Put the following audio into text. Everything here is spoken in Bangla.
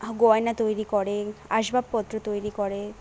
গয়না তৈরি করে আসবাবপত্র তৈরি করে